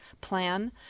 plan